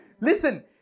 Listen